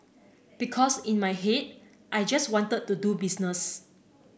because in my head I just wanted to do business